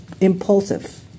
impulsive